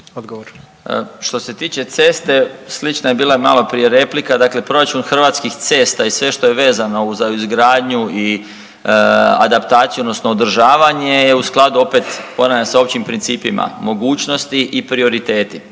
Zdravko** Što se tiče ceste, slična je bila i maloprije replika, dakle proračun Hrvatskih cesta i sve što je vezano uz izgradnju i adaptaciju odnosno održavanje je u skladu opet ponavljam sa općim principima mogućnosti i prioriteti.